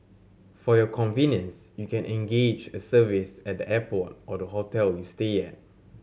for your convenience you can engage a service at the airport or the hotel you stay at